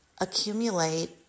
accumulate